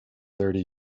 thirty